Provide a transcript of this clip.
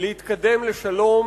להתקדם לשלום,